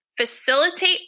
facilitate